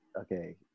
okay